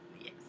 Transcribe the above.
Yes